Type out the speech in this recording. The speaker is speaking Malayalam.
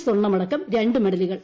സ്വർണമടക്കം രണ്ട് മെഡലുകൾ